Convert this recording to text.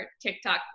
tiktok